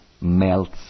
melts